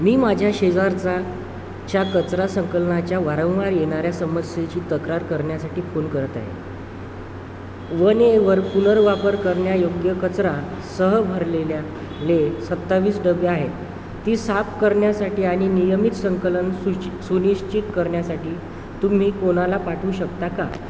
मी माझ्या शेजारचा च्या कचरा संकलनाच्या वारंवार येणाऱ्या समस्येची तक्रार करण्यासाठी फोन करत आहे वन एवर पुनर्वापर करण्यायोग्य कचरा सह भरलेल्या ले सत्तावीस डबे आहेत ती साफ करण्यासाठी आणि नियमित संकलन सुच सुनिश्चित करण्यासाठी तुम्ही कोणाला पाठवू शकता का